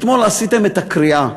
אתמול עשיתם את הקריעה.